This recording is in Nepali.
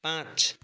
पाँच